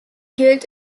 gilt